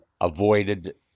avoided